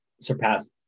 surpass